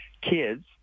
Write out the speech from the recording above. kids